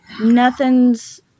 Nothing's